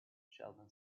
sheldon